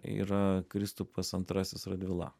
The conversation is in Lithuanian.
yra kristupas antrasis radvila